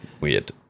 weird